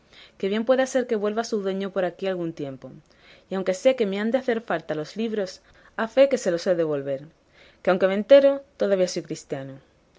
que bien puede ser que vuelva su dueño por aquí algún tiempo y aunque sé que me han de hacer falta los libros a fe que se los he de volver que aunque ventero todavía soy cristiano